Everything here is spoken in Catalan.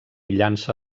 llança